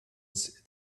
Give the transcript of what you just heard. its